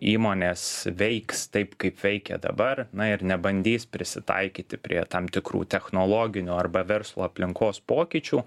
įmonės veiks taip kaip veikia dabar na ir nebandys prisitaikyti prie tam tikrų technologinių arba verslo aplinkos pokyčių